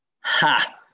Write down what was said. Ha